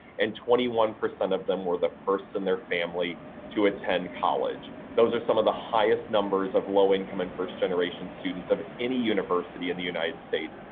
and twenty one percent of them were the first in their family to attend college. those are some of the highest numbers of low-income and first-generation students of any university in the united states,